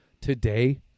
today